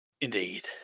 Indeed